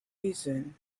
reason